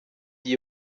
die